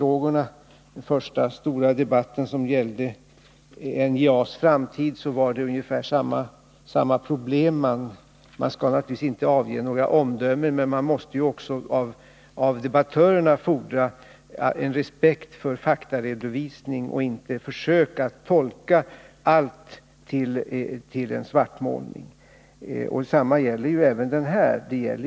I den första stora debatten, som gällde NJA:s framtid, var det ungefär samma problem. Man skall naturligtvis inte fälla några omdömen, men man måste ändå av debattörerna fordra en respekt för faktaredovisning. Allt skall inte uppfattas som svartmålning. Detsamma gäller för den här frågan.